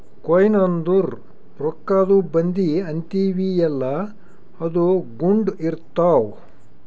coin ಅಂದುರ್ ರೊಕ್ಕಾದು ಬಂದಿ ಅಂತೀವಿಯಲ್ಲ ಅದು ಗುಂಡ್ ಇರ್ತಾವ್